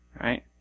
Right